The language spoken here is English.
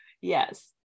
yes